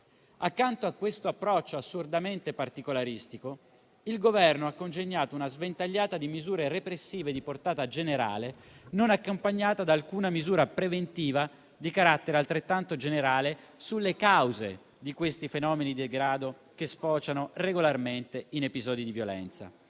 Accanto a questo approccio assurdamente particolaristico, il Governo ha congegnato una sventagliata di misure repressive di portata generale, non accompagnata da alcuna misura preventiva di carattere altrettanto generale sulle cause di questi fenomeni di degrado che sfociano regolarmente in episodi di violenza.